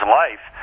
life